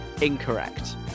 incorrect